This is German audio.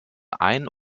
ein